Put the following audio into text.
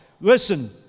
Listen